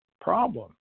problem